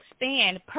expand